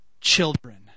children